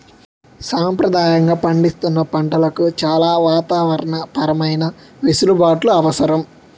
సంప్రదాయంగా పండిస్తున్న పంటలకు చాలా వాతావరణ పరమైన వెసులుబాట్లు అవసరం